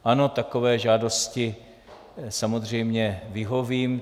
Ano, takové žádosti samozřejmě vyhovím.